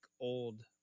old